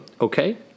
Okay